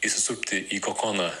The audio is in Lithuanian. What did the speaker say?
įsisupti į kokoną